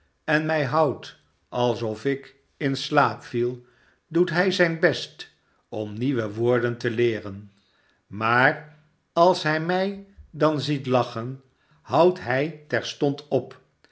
en mij houd alsof ik in slaap viel doet hij zijn best om nieuwe woorden te leeren maar als hij mij dan ziet lachen houdt hij terstond op